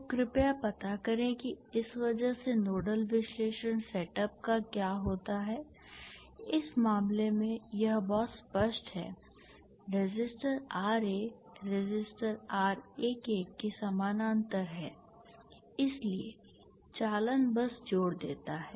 तो कृपया पता करें कि इस वजह से नोडल विश्लेषण सेटअप का क्या होता है इस मामले में यह बहुत स्पष्ट है रेसिस्टर Ra रेसिस्टर R11 के समानांतर है इसलिए चालन बस जोड़ देता है